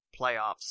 Playoffs